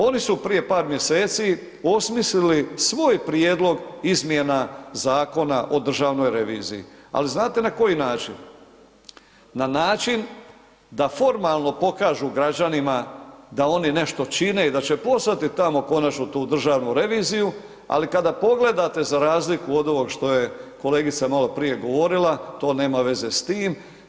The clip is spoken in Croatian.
Oni su prije par mjeseci osmislili svoj prijedlog izmjena Zakona o državnoj reviziji, ali znate na koji način, na način da formalno pokažu građanima da oni nešto čine i da će poslati tamo konačno tu Državnu reviziju, ali kada pogledate za razliku od ovog što je kolegica maloprije govorila to nema veze s tim.